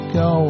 go